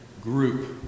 group